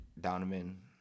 Donovan